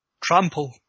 Trample